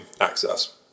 access